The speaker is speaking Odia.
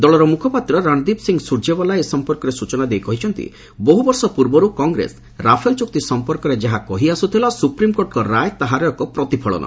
ଦଳର ମୁଖପାତ୍ର ରଣଦୀପ ସିଂ ସୂର୍ଯ୍ୟେବାଲା ଏ ସମ୍ପର୍କରେ ସୂଚନା ଦେଇ କହିଛନ୍ତି ବହୁ ବର୍ଷ ପୂର୍ବରୁ କଂଗ୍ରେସ ରାଫେଲ ଚୁକ୍ତି ସମ୍ପର୍କରେ ଯାହା କହି ଆସୁଥିଲା ସୁପ୍ରିମକୋର୍ଟଙ୍କ ରାୟ ତାହାର ଏକ ପ୍ରତିଫଳନ